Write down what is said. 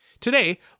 Today